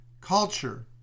culture